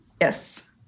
yes